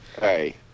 Hey